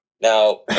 Now